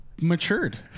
Matured